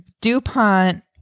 DuPont